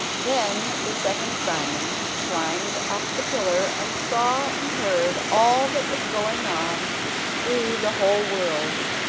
then the second simon climbed up the pillar and saw and heard all that was going on through the whole world.